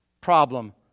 problem